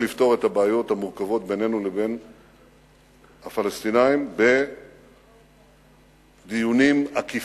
לפתור את הבעיות המורכבות בינינו לבין הפלסטינים בדיונים עקיפים.